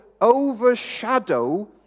overshadow